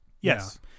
Yes